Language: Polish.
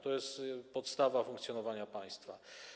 To jest podstawa funkcjonowania państwa.